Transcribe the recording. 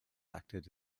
acted